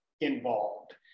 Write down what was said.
involved